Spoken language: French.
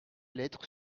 lettre